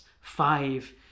five